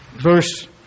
verse